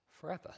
forever